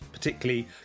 particularly